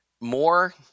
more